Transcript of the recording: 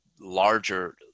larger